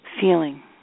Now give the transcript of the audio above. feeling